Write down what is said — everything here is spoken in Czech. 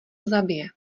zabije